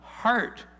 Heart